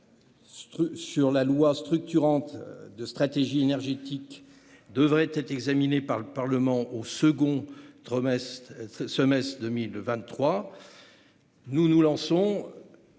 grande loi structurante de stratégie énergétique devrait être examinée par le Parlement au second semestre 2023, accélérer des